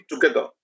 together